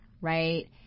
Right